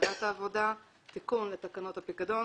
לוועדת העבודה תיקון לתקנות הפיקדון,